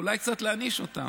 אולי קצת להעניש אותם.